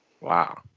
Wow